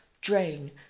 Drain